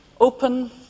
Open